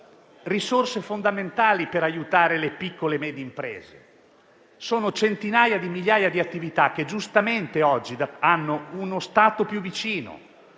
risorse fondamentali per aiutare le piccole e medie imprese. Sono centinaia di migliaia le attività che giustamente oggi hanno uno Stato più vicino.